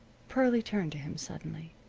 pearlie turned to him suddenly.